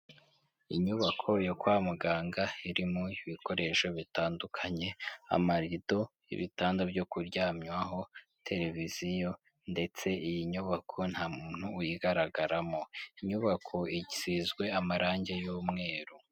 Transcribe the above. Inyubako yo kwa muganga irimo ibikoresho bitandukanye amarido, ibitanda byo kuryamaho televiziyo ndetse iyi nyubako nta muntu uyigaragaramo, inyubako isizwe amarangi y'umweru.